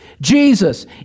Jesus